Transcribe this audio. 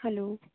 hello